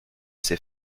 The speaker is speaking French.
ses